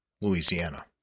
Louisiana